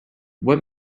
what